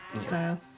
style